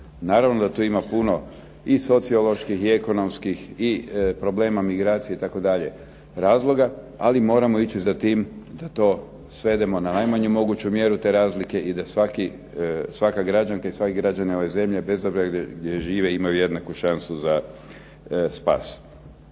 Naravno da tu ima puno i socioloških i ekonomskih i problema migracije itd., razloga ali moramo ići za tim da to svedemo na najmanju moguću mjeru te razlike i da svaka građanka i svaki građanin ove zemlje bez obzira da žive imaju jednaku šansu za spas.